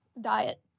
Diet